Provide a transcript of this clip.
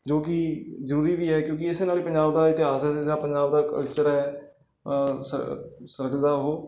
ਜੋ ਕਿ ਜ਼ਰੂਰੀ ਵੀ ਹੈ ਕਿਉਂਕਿ ਇਸੇ ਨਾਲ ਪੰਜਾਬ ਦਾ ਇਤਿਹਾਸ ਆ ਜਿਹੜਾ ਪੰਜਾਬ ਦਾ ਕਲਚਰ ਹੈ ਸ ਸਰਗਦਾ ਉਹ